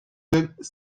vingts